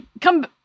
Come